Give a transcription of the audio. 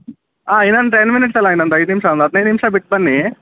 ಹಾಂ ಇನ್ನೊಂದು ten minutes ಅಲ್ಲ ಇನ್ನೊಂದು ಐದು ನಿಮಿಷ ಒಂದು ಹದಿನೈದು ನಿಮಿಷ ಬಿಟ್ಟು ಬನ್ನಿ